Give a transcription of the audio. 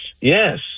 Yes